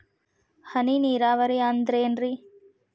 ಹನಿ ನೇರಾವರಿ ಅಂದ್ರೇನ್ರೇ?